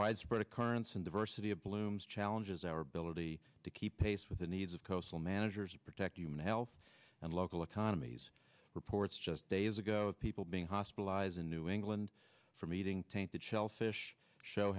widespread occurrence and diversity of blooms challenges our ability to keep pace with the needs of coastal managers and protect human health and local economies reports just days ago people being hospitalized in new england from eating tainted shellfish show